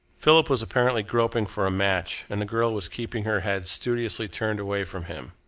philip was apparently groping for a match, and the girl was keeping her head studiously turned away from him.